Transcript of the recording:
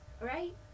Right